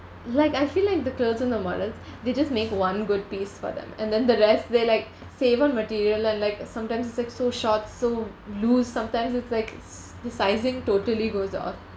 like I feel like the clothes on the models they just make one good piece for them and then the rest they're like save on material and like sometimes it's like so short so loose sometimes it's like s~ the sizing totally goes off